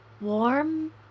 Warm